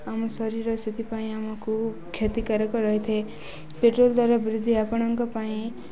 ଆମ ଶରୀର ସେଥିପାଇଁ ଆମକୁ କ୍ଷତିକାରକ ରହିଥାଏ ପେଟ୍ରୋଲ ଦର ବୃଦ୍ଧି ଆପଣଙ୍କ ପାଇଁ